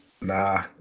nah